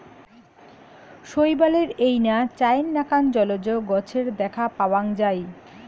শৈবালের এইনা চাইর নাকান জলজ গছের দ্যাখ্যা পাওয়াং যাই